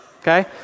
okay